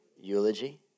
eulogy